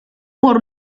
por